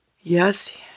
yes